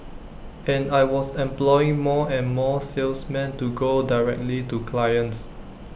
and I was employing more and more salesmen to go directly to clients